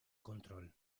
control